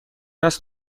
است